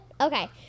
Okay